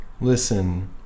listen